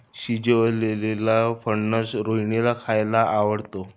शिजवलेलेला फणस रोहिणीला खायला आवडतो